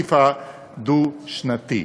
התקציב הדו-שנתי.